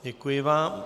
Děkuji vám.